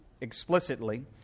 explicitly